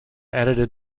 edited